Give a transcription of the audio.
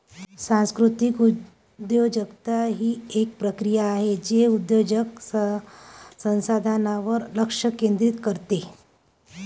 सांस्कृतिक उद्योजकता ही एक प्रक्रिया आहे जे उद्योजक संसाधनांवर लक्ष केंद्रित करते